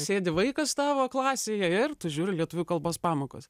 sėdi vaikas tavo klasėje ir tu žiūri lietuvių kalbos pamokos